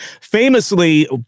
Famously